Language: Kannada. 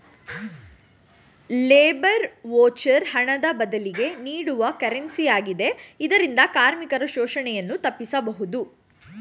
ಲೇಬರ್ ವೌಚರ್ ಹಣದ ಬದಲಿಗೆ ನೀಡುವ ಕರೆನ್ಸಿ ಆಗಿದೆ ಇದರಿಂದ ಕಾರ್ಮಿಕರ ಶೋಷಣೆಯನ್ನು ತಪ್ಪಿಸಬಹುದು